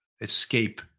escape